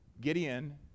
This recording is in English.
Gideon